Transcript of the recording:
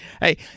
Hey